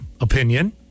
opinion